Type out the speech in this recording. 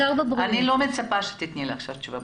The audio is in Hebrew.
אורלי, אני לא מצפה שתיתני לי עכשיו תשובה.